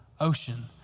ocean